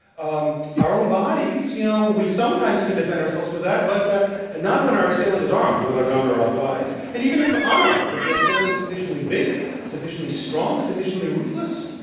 um our own bodies, you know, we sometimes can defend ourselves with that, but and not when our assailant is armed with a gun or otherwise, and even if unarmed, if the assailant is sufficiently big, sufficiently strong, sufficiently ruthless,